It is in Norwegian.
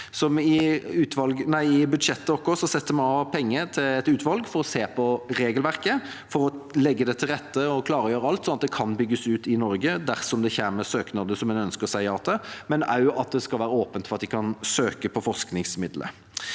I budsjettet vårt setter vi av penger til et utvalg for å se på regelverket for å legge til rette og klargjøre alt, sånn at det kan bygges ut i Norge dersom det kommer søknader en ønsker å si ja til, og også at det skal være åpent for å søke på forskningsmidler.